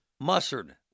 mustard